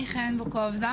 חן בוקובזה